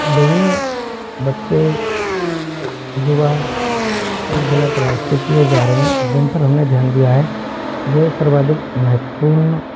विभिन्न बच्चे युवा एक ग़लत रास्ते की ओर जा रहे हैं जिन पर हमने ध्यान दिया है ये सर्वाधिक महत्वपूर्ण